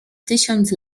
tysiąc